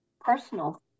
personal